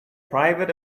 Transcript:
private